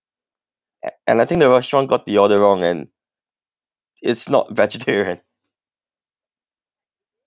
and I think the restaurant got the order wrong and it's not vegetarian